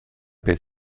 beth